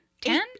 Ten